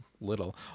little